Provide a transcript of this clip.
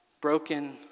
broken